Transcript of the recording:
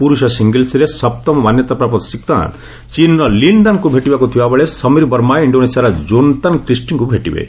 ପୁରୁଷ ସିଙ୍ଗଲ୍ସରେ ସପ୍ତମ ମାନ୍ୟତାପ୍ରାପ୍ତ ଶ୍ରୀକାନ୍ତ ଚୀନ୍ର ଲିନ୍ ଦାନଙ୍କୁ ଭେଟିବାକୁ ଥିବାବେଳେ ସମୀର ବର୍ମା ଇଣ୍ଡୋନେସିଆର କୋନାତାନ କ୍ରିଷ୍ଟିଙ୍କୁ ଭେଟିବେ